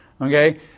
Okay